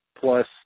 plus